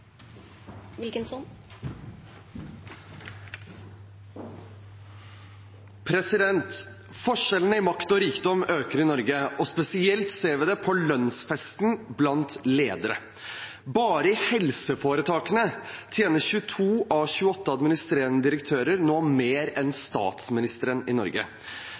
situasjon. Forskjellene i makt og rikdom øker i Norge, og spesielt ser vi det på lønnsfesten blant ledere. Bare i helseforetakene tjener 22 av 28 administrerende direktører nå mer enn statsministeren i